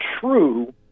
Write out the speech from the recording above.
true